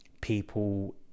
people